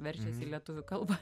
verčiasi į lietuvių kalbą